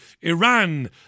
Iran